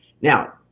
Now